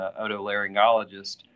otolaryngologist